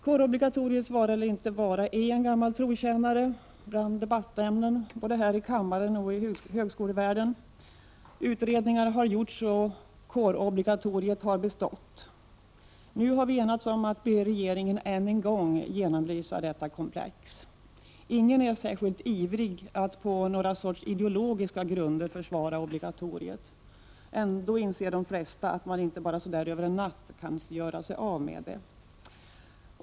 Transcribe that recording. Kårobligatoriets vara eller inte vara är en gammal trotjänare bland debattämnen både här i kammaren och i högskolevärlden. Utredningar har gjorts, men kårobligatoriet har bestått. Nu har vi enats om att be regeringen än en gång att genomlysa detta komplex. Ingen är särskilt ivrig att på några sorts ideologiska grunder försvara obligatoriet. Ändå inser de flesta att man inte bara så där över en natt kan göra sig av med det.